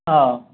ꯑꯥꯎ